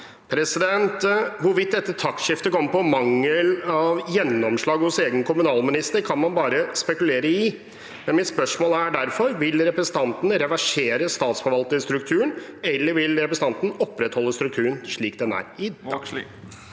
ennå.» Hvorvidt dette taktskiftet kommer av mangel på gjennomslag hos egen kommunalminister, kan man bare spekulere i. Mitt spørsmål er derfor: Vil representanten reversere statsforvalterstrukturen, eller vil representanten opprettholde strukturen slik den er i dag?